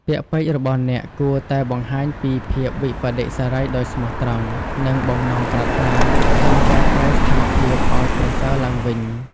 ពាក្យពេចន៍របស់អ្នកគួរតែបង្ហាញពីភាពវិប្បដិសារីដោយស្មោះត្រង់ និងបំណងប្រាថ្នាចង់កែប្រែស្ថានភាពឱ្យប្រសើរឡើងវិញ។